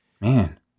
Man